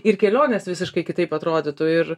ir kelionės visiškai kitaip atrodytų ir